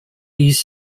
these